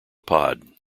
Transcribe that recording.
pod